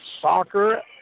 soccer